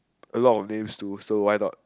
a lot of names to so why not